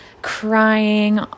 crying